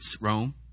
Rome